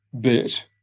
bit